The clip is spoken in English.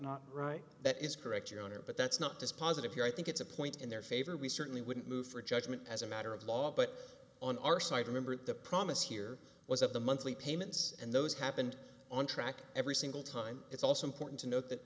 not right that is correct your honor but that's not dispositive here i think it's a point in their favor we certainly wouldn't move for judgment as a matter of law but on our side remember the promise here was that the monthly payments and those happened on track every single time it's also important to note that